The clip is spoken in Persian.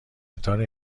قطار